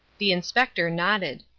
the inspector nodded.